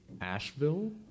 Asheville